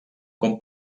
com